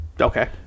Okay